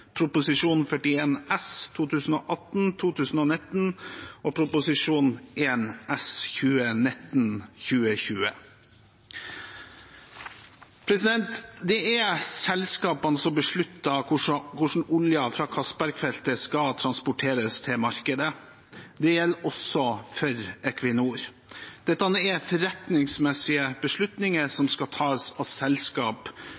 S for 2018–2019 og Prop. 1 S for 2019–2020. Det er selskapene som beslutter hvordan oljen fra Castberg-feltet skal transporteres til markedet. Det gjelder også for Equinor. Dette er forretningsmessige beslutninger